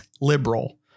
liberal